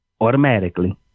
automatically